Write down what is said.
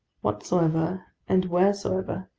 whatsoever and wheresoever,